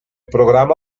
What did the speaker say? programa